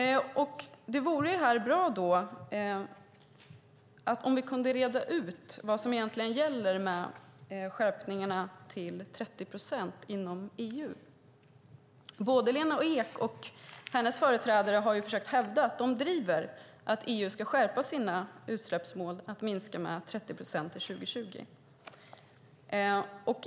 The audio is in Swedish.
Det vore bra om vi här kunde reda ut vad som egentligen gäller i fråga om skärpningen av kraven till 30 procent inom EU. Både Lena Ek och hennes företrädare har försökt hävda att de driver att EU ska skärpa sina utsläppsmål till 30 procent till 2020.